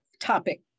topic